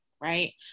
right